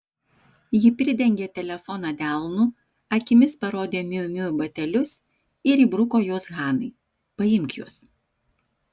ji pridengė telefoną delnu akimis parodė miu miu batelius ir įbruko juos hanai paimk juos